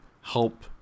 help